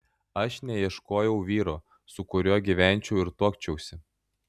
aš neieškojau vyro su kuriuo gyvenčiau ir tuokčiausi